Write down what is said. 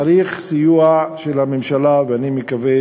צריך סיוע של הממשלה, ואני מקווה